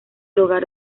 hogar